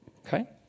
Okay